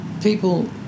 people